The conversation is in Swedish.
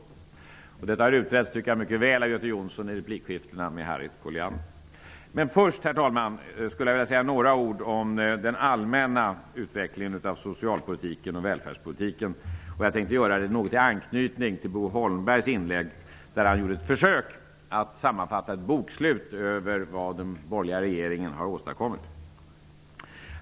Det har utretts mycket väl, tycker jag, av Göte Jonsson i replikskiftena med Harriet Colliander. Herr talman! Först skulle jag vilja säga några ord om den allmänna utvecklingen av socialpolitiken och välfärdspolitiken. Jag tänkte då anknyta till Bo Holmbergs inlägg, där han gjorde ett försök att göra ett bokslut över vad den borgerliga regeringen har åstadkommit.